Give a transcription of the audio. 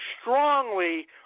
strongly